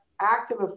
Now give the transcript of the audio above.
active